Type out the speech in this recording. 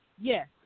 Yes